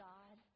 God